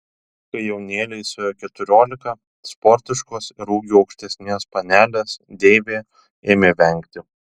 kai jaunėlei suėjo keturiolika sportiškos ir ūgiu aukštesnės panelės deivė ėmė vengti